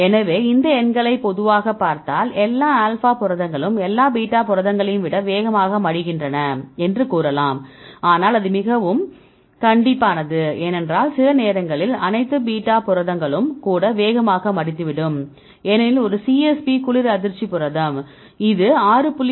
எனவே இந்த எண்களை பொதுவாகப் பார்த்தால் எல்லா ஆல்பா புரதங்களும் எல்லா பீட்டா புரதங்களையும் விட வேகமாக மடிகின்றன என்று கூறலாம் ஆனால் அது மிகவும் கண்டிப்பானதுஏனென்றால் சில நேரங்களில் அனைத்து பீட்டா புரதங்களும் கூட வேகமாக மடிந்துவிடும் ஏனெனில் ஒரு CSP குளிர் அதிர்ச்சி புரதம் இது 6